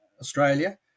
Australia